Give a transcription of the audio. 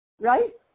Right